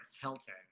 Hilton